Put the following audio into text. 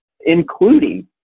including